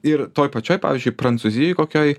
ir toj pačioj pavyzdžiui prancūzijoj kokioj